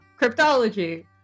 cryptology